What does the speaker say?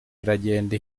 iragenda